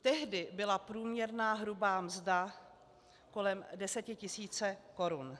Tehdy byla průměrná hrubá mzda kolem 10 tisíc korun.